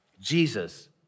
Jesus